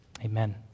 Amen